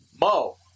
mo